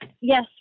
yes